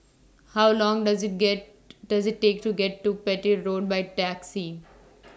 How Long Does IT get Does IT Take to get to Petir Road By Taxi